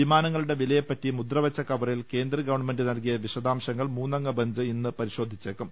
വിമാനങ്ങളുടെ വിലയെ പ്പറ്റി മുദ്രവെച്ച കവറിൽ കേന്ദ്രഗവൺമെന്റ് നൽകിയ വിശദാംശ ങ്ങൾ മൂന്നംഗ ബെഞ്ച് ഇന്ന് പരിശോധിച്ചേക്കും